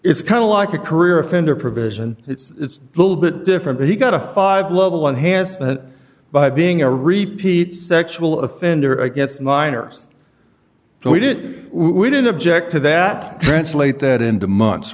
is kind of like a career offender provision it's a little bit different he got a five level one hand by being a repeat sexual offender against minors so we did we didn't object to that translate that into months